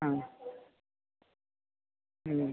ആ മ്മ്